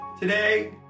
today